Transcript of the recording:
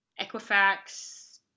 Equifax